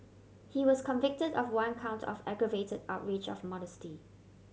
he was convicted of one count of aggravated outrage of modesty